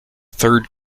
third